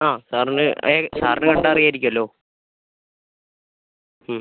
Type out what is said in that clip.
ആ സാറിന് ഏയ് സാറിന് കണ്ടാൽ അറിയാമായിരിക്കുമല്ലോ മ്